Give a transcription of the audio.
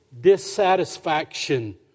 dissatisfaction